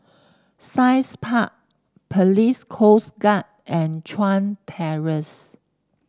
Science Park Police Coast Guard and Chuan Terrace